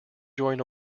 join